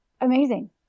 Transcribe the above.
Amazing